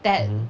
mmhmm